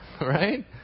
Right